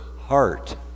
heart